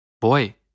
Boy